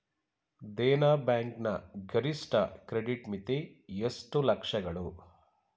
Dena bank ನ ಗರಿಷ್ಠ credit ಮಿತಿ ಎಷ್ಟು ಲಕ್ಷಗಳು?